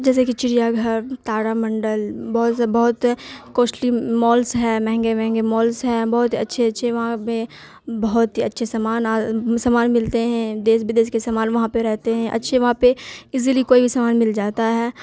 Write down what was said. جیسے کہ چڑیا گھر تارا منڈل بہت سے بہت کوسٹلی مالس ہیں مہنگے مہنگے مالس ہیں بہت اچھے اچھے وہاں پہ بہت ہی اچھے سامان سامان ملتے ہیں دیس بدیس کے سامان وہاں پہ رہتے ہیں اچھے وہاں پہ ایزلی کوئی بھی سامان مل جاتا ہے